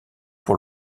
pour